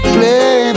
Play